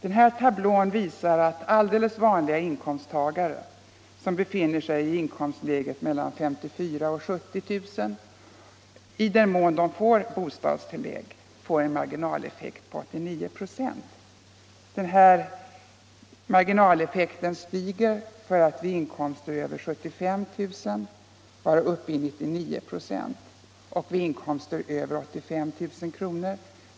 Denna tablå visar att vanliga inkomsttagare i inkomstläget 54 000-70 000 kr. — i den mån de har bostadstillägg — får en marginaleffekt på 89 96. Den effekten stiger sedan och är vid inkomster över 75 000 kr. uppe i 99 96. Vid inkomster över 85 000 kr.